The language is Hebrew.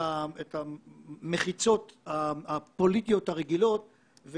המחיצות הפוליטיות הרגילות.